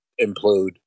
implode